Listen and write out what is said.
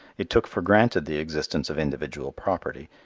it took for granted the existence of individual property,